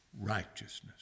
righteousness